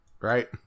right